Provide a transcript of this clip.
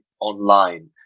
online